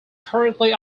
currently